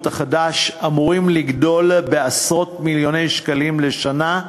החדש אמורים לגדול בעשרות מיליוני שקלים לשנה,